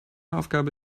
aufgabe